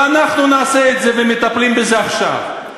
ואנחנו נעשה את זה, ומטפלים בזה עכשיו.